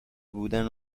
بودن